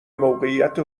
موقعیت